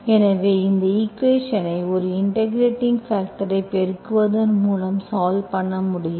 எனவே இந்த ஈக்குவேஷன்ஐ ஒரு இன்டெகிரெட்பாக்டர்ஐப் பெருக்குவதன் மூலம் சால்வ் பண்ண முடியும்